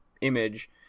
image